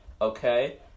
okay